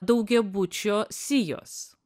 daugiabučio sijos